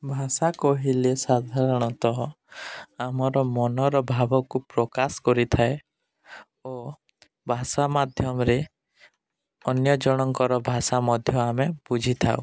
ଭାଷା କହିଲେ ସାଧାରଣତଃ ଆମର ମନର ଭାବକୁ ପ୍ରକାଶ କରିଥାଏ ଓ ଭାଷା ମାଧ୍ୟମରେ ଅନ୍ୟଜଣଙ୍କର ଭାଷା ମଧ୍ୟ ଆମେ ବୁଝିଥାଉ